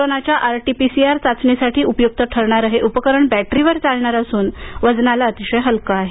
कोरोनाच्या R T PCR चाचणीसाठी उपयुक्त ठरणारं हे उपकरण बॅटरीवर चालणारं असून वजनाला अतिशय हलकं आहे